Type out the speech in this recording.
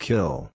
Kill